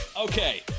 Okay